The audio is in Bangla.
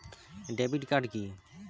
ডেবিট কার্ড কি?